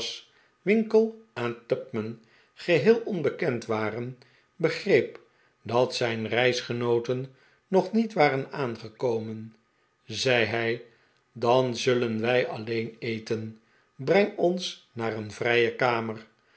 winkle en tupman geheel onbekend waren begreep dat zijn reisgenooten nog niet waren aangekomen zei hij dan zullen wij alleen eten breng ons naar een vrije kamer